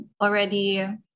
already